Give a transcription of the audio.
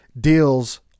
Deals